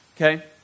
okay